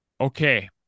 Okay